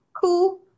cool